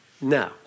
No